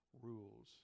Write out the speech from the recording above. rules